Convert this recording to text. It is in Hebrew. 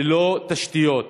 ללא תשתיות,